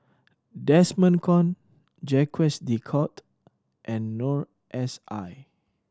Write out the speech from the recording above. Desmond Kon Jacques De Coutre and Noor S I